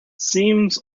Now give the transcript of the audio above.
seems